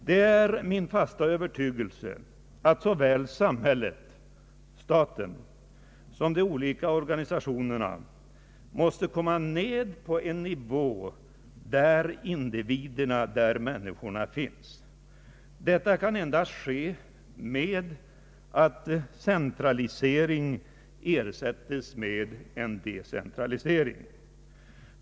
Det är min fasta övertygelse att såväl samhället — staten — som de olika organisationerna måste komma ned på en nivå där individerna — människorna — finns. Detta kan endast ske genom att centralisering ersätts med decentralisering.